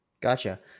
Gotcha